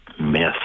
myths